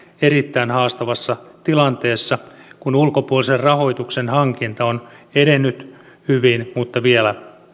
erittäin haastavassa tilanteessa kun ulkopuolisen rahoituksen hankinta on edennyt hyvin mutta vielä